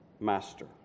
Master